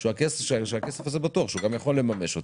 שהוא יכול לממש אותו,